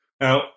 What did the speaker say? Now